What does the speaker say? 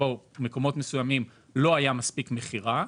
שבמקומות מסוימים לא הייתה מספיק מכירה,